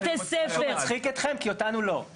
בתי ספר -- מצחיק אתכם כי אותנו לא.